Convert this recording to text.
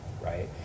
right